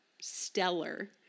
stellar